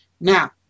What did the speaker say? Now